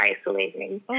isolating